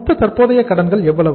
மொத்த தற்போதைய கடன்கள் எவ்வளவு